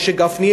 משה גפני,